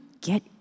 get